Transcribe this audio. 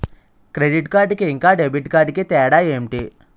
Credit card కి ఇంకా debit card కి తేడా ఏంటి?